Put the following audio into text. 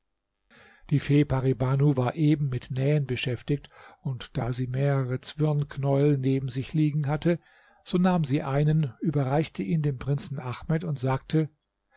die fee pari banu war eben mit nähen beschäftigt und da sie mehrere zwirnknäuel neben sich liegen hatte so nahm sie einen überreichte ihn dem prinzen ahmed und sagte